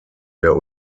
der